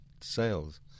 sales